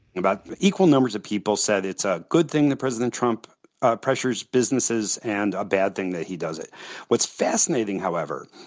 about equal numbers of people said it's a good thing that president trump ah pressures businesses and a bad thing that he does. what's fascinating, however,